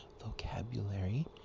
vocabulary